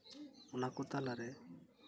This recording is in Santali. ᱚᱱᱟ ᱠᱚ ᱛᱟᱞᱟᱨᱮ